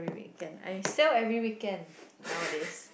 weekend I sell every weekend nowadays